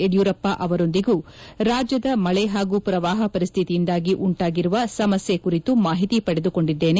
ಯಡಿಯೂರಪ್ಪ ಅವರೊಂದಿಗೂ ರಾಜ್ಯದಲ್ಲಿನ ಮಳೆ ಹಾಗೂ ಶ್ರವಾಪ ಪರಿಸ್ಥಿತಿಯಿಂದಾಗಿ ಉಂಟಾಗಿರುವ ಸಮಸ್ಥೆ ಕುರಿತು ಮಾಹಿತಿ ಪಡೆದುಕೊಂಡಿದ್ದೇನೆ